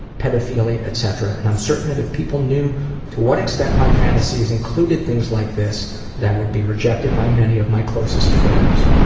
paedophilia, etc. and i'm sure that if people knew to what extent my fantasies included things like this that i would be rejected by many of my closest friends.